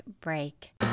break